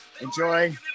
Enjoy